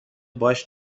باهاش